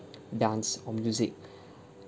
dance or music